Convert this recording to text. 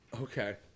Okay